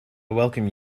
welcome